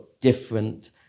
different